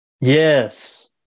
Yes